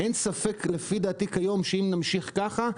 אין ספק שאם נמשיך כך,